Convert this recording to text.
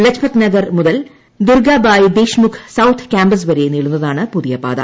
ലജ്പത്നഗർ മുതൽ Durgabai Deshmukh south campus വരെ നീളുന്നതാണ് പുതിയ പാത